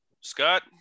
scott